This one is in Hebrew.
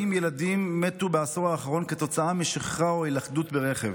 40 ילדים מתו בעשור האחרון כתוצאה משכחה או הילכדות ברכב,